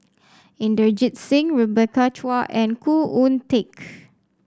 Inderjit Singh Rebecca Chua and Khoo Oon Teik